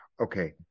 okay